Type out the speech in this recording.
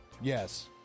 Yes